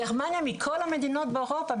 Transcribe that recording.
גרמניה מכל המדינות באירופה,